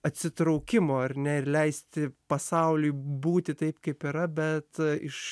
atsitraukimo ar ne ir leisti pasauliui būti taip kaip yra bet iš